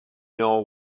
know